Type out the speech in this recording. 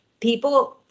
people